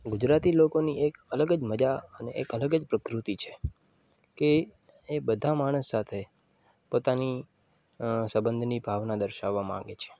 ગુજરાતી લોકોની એક અલગ જ મજા અને એક અલગ જ પ્રકૃતિ છે કે એ બધા માણસ સાથે પોતાની સબંધની ભાવના દર્શાવવા માગે છે